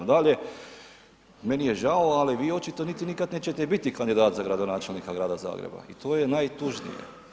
Dalje, meni je žao ali vi očito niti nikad nećete biti kandidat za gradonačelnika Grada Zagreba i to je najtužnije.